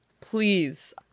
Please